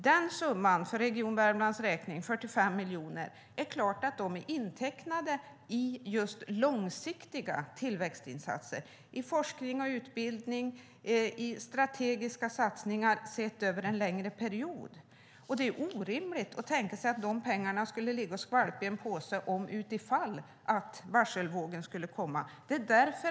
Det är klart att summan på 45 miljoner för Region Värmlands räkning är intecknade i långsiktiga tillväxtinsatser, i forskning och utbildning och i strategiska satsningar sett över en längre period. Det är orimligt att tänka sig att dessa pengar skulle ligga och skvalpa i en påse utifall att varselvågen skulle komma.